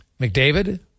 McDavid